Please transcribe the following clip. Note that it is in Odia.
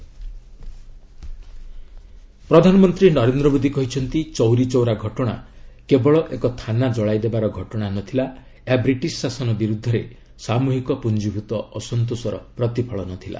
ପିଏମ୍ ଚୌରୀ ଚୌରା ପ୍ରଧାନମନ୍ତ୍ରୀ ନରେନ୍ଦ୍ର ମୋଦୀ କହିଛନ୍ତି ଚୌରୀ ଚୌରା ଘଟଣା କେବଳ ଏକ ଥାନା ଜଳାଇଦେବାର ଘଟଣା ନଥିଲା ଏହା ବିଟିଶ ଶାସନ ବିରୁଦ୍ଧରେ ସାମୃହିକ ପୁଞ୍ଜଭୂତ ଅସନ୍ତୋଷର ପ୍ରତିଫଳନ ଥିଲା